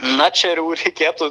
na čia ir jau reikėtų